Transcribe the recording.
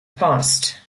past